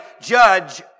judge